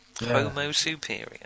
Homo-superior